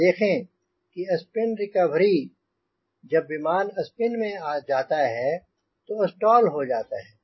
आप देखें कि स्पिन रिकवरी जब विमान स्पिन में जाता है तो स्टॉल होता है